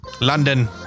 London